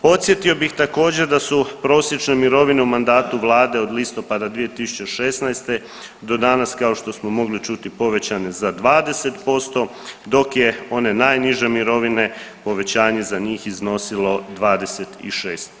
Podsjetio bih također da su prosječne mirovine u mandatu vlade od listopada 2016. do danas kao što smo mogli čuti povećane za 20% dok je one najniže mirovine povećanje za njih iznosilo 26%